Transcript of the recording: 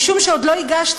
משום שעוד לא הגשת,